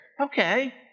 Okay